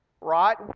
Right